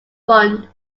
fund